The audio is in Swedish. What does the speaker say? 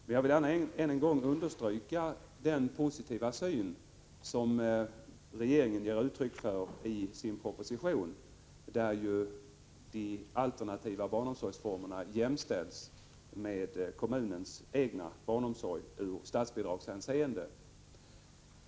Men jag vill gärna än en gång understryka den positiva syn som regeringen ger uttryck för i propositionen, där de alternativa barnomsorgsformerna jämställs med kommunens egen barnomsorg i statsbidragshänseende.